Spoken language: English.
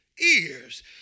ears